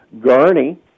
gurney